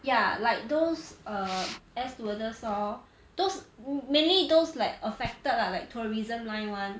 ya like those err air stewardess lor those mainly those like affected lah like tourism line one